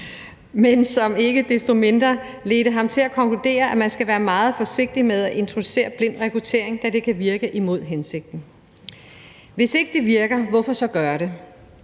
men som ikke desto mindre ledte ham til at konkludere, at man skal være meget forsigtig med at introducere blind rekruttering, da det kan virke imod hensigten. Hvis ikke det virker, hvorfor så gøre det?